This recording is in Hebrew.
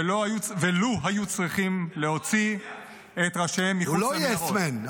-- ולו היו צריכים להוציא את ראשיהם מחוץ למנהרות --- הוא לא יס-מן.